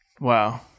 Wow